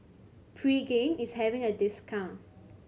pregain is having a discount